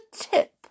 tip